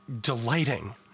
delighting